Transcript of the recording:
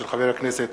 של חבר הכנסת